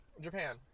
Japan